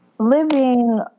living